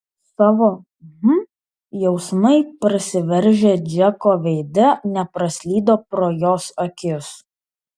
savo hm jausmai prasiveržę džeko veide nepraslydo pro jos akis